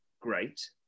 great